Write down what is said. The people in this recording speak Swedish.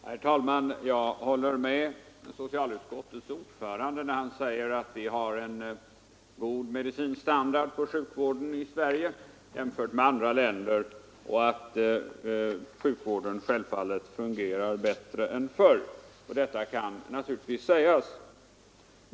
Herr talman! Jag håller med socialutskottets ordförande när han säger, att vi har en god medicinsk standard på den svenska sjukvården jämförd med sjukvården i andra länder, och instämmer även i att sjukvården fungerar bättre än förr.